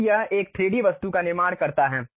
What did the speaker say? फिर यह एक 3D वस्तु का निर्माण करता है